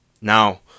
now